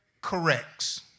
corrects